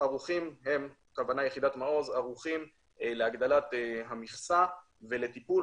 יחידת מעוז ערוכה להגדלת המכסה ולטיפול.